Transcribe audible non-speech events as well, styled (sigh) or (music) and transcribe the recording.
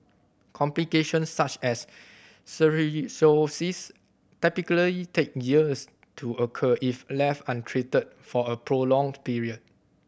complications such as (unintelligible) cirrhosis typically take years to occur if left untreated for a prolonged period